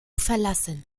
verlassen